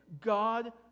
God